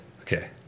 okay